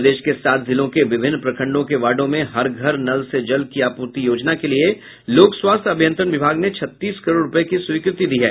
प्रदेश के सात जिलों के विभिन्न प्रखण्डों के वार्डों में हर घर नल से जल की आपूर्ति योजना के लिये लोक स्वास्थ्य अभियंत्रण विभाग ने छत्तीस करोड़ रूपये की स्वीकृति दी है